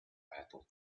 battle